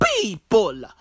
people